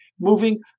moving